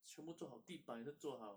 全部做好地板也是做好